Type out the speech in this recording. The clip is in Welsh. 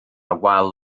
wal